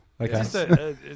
Okay